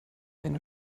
eine